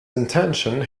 intention